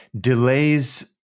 delays